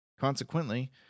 Consequently